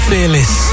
Fearless